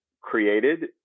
created